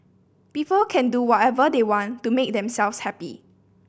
people can do whatever they want to make themselves happy